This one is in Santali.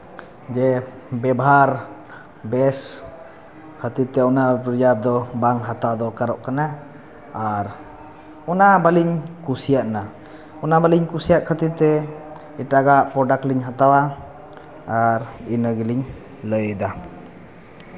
ᱡᱮ ᱵᱮᱵᱷᱟᱨ ᱵᱮᱥ ᱠᱷᱟᱹᱛᱤᱨ ᱛᱮ ᱚᱱᱟ ᱨᱮᱡᱟᱨ ᱫᱚ ᱵᱟᱝ ᱦᱟᱛᱟᱣ ᱫᱚᱨᱠᱟᱨᱚᱜ ᱠᱟᱱᱟ ᱟᱨ ᱚᱱᱟ ᱵᱟᱹᱞᱤᱧ ᱠᱩᱥᱤᱭᱟᱜ ᱠᱟᱱᱟ ᱚᱱᱟ ᱵᱟᱹᱞᱤᱧ ᱠᱩᱥᱤᱭᱟᱜ ᱠᱷᱟᱹᱛᱤᱨ ᱛᱮ ᱮᱴᱟᱜᱟᱜ ᱯᱨᱚᱰᱟᱠᱴ ᱞᱤᱧ ᱦᱟᱛᱟᱣᱟ ᱟᱨ ᱤᱱᱟᱹ ᱜᱮᱞᱤᱧ ᱞᱟᱹᱭ ᱮᱫᱟ